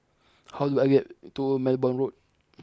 how do I get to Belmont Road